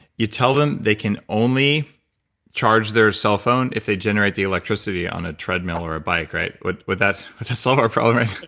you tell them they can only charge their cellphone if they generate the electricity on a treadmill or a bike right? would would that solve our problem,